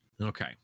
Okay